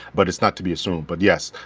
but it's not to be assumed. but yes,